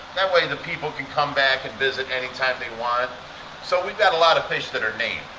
that way the people can come back and visit anytime they want so we've got a lot of fish that are named.